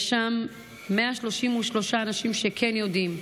יש שם 133 אנשים שכן יודעים,